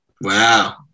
Wow